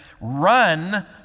Run